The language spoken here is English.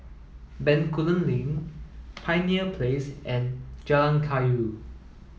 Bencoolen Link Pioneer Place and Jalan Kayu